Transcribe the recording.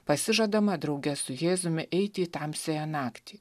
pasižadama drauge su jėzumi eiti į tamsiąją naktį